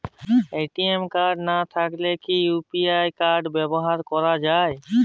ATM card না থাকলে কি ইউ.পি.আই ব্যবহার করা য়ায়?